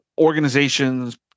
organizations